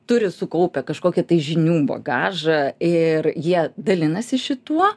turi sukaupę kažkokį tai žinių bagažą ir jie dalinasi šituo